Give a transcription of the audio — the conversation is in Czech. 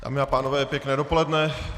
Dámy a pánové, pěkné dopoledne.